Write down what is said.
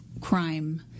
crime